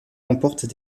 comportent